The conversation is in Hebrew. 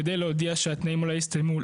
כדי להודיע שהתנאים אולי הסתיימו,